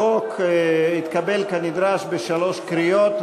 החוק התקבל כנדרש בשלוש קריאות.